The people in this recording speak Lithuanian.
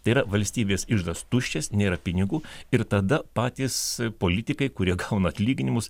tai yra valstybės iždas tuščias nėra pinigų ir tada patys politikai kurie gauna atlyginimus